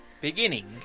beginning